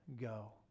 go